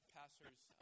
pastors